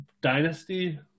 dynasty